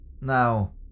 Now